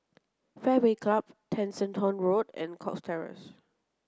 Fairway Club Tessensohn Road and Cox Terrace